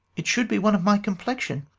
it should be one of my complexion.